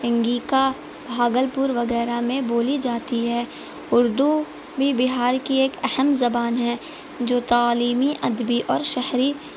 انگیکا بھاگلپور وغیرہ میں بولی جاتی ہے اردو بھی بہار کی ایک اہم زبان ہے جو تعلیمی ادبی اور شہری